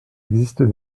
existe